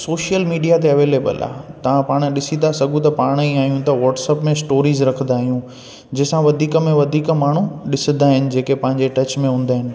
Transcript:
social media ते available आहे तव्हां पाण ॾिसी था सघो त पाण ई आहियूं त वॉट्सअप में स्टोरीज़ रखंदा आहियूं जंहिंसां वधीक में वधीक माण्हू ॾिसंदा आहिनि जेके पंहिंजे टच में हूंदा आहिनि